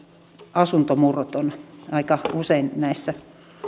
asuntomurrot ovat aika usein näissä